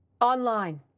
Online